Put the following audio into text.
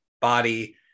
body